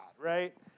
right